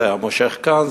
זה היה מושך כאן,